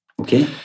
Okay